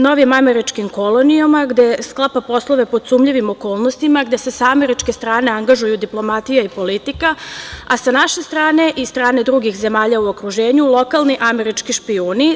novim američkim kolonijama gde sklapa poslove pod sumnjivim okolnostima, gde se sa američke strane angažuju diplomatija i politika, a sa naše strane i strane drugih zemalja u okruženju lokalni američki špijuni.